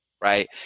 Right